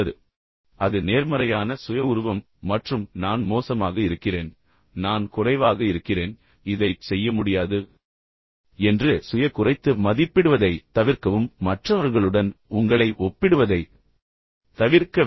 எனவே அது நேர்மறையான சுய உருவம் மற்றும் நான் மோசமாக இருக்கிறேன் நான் குறைவாக இருக்கிறேன் இதைச் செய்ய முடியாது என்று சுய குறைத்து மதிப்பிடுவதைத் தவிர்க்கவும் மற்றவர்களுடன் உங்களை ஒப்பிடுவதைத் தவிர்க்க வேண்டும்